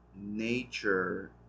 nature